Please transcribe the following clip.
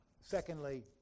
Secondly